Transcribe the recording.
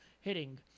hitting